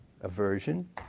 aversion